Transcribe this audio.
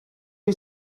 wyt